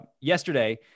yesterday